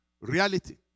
reality